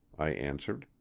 i answered.